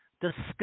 Discuss